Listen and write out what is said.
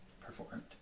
performed